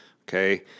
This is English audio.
okay